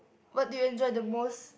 what do you enjoy the most